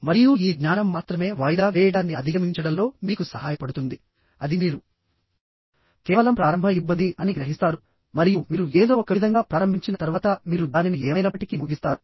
మరియు ఈ జ్ఞానం మాత్రమే వాయిదా వేయడాన్ని అధిగమించడంలో మీకు సహాయపడుతుంది అది మీరు కేవలం ప్రారంభ ఇబ్బంది అని గ్రహిస్తారు మరియు మీరు ఏదో ఒకవిధంగా ప్రారంభించిన తర్వాత మీరు దానిని ఏమైనప్పటికీ ముగిస్తారు